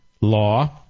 law